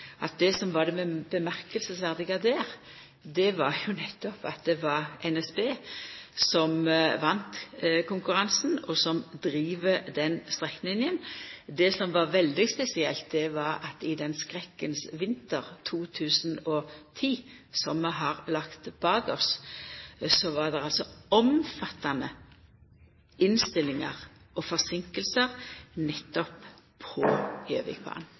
at det som var verdt å leggja merke til med Gjøvikbanen, var jo nettopp at det var NSB som vann konkurransen, og som driv den strekninga. Det som var veldig spesielt, var at i den skrekkens vinter 2010, som vi har lagt bak oss, var det omfattande innstillingar og forseinkingar nettopp på Gjøvikbanen.